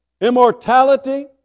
immortality